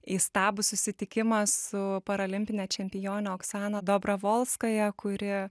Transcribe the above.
įstabų susitikimą su paralimpine čempione oksana dobrovolskaja kuri